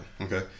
okay